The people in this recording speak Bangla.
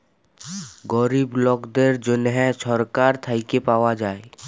গরিব লকদের জ্যনহে ছরকার থ্যাইকে পাউয়া যায়